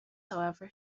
however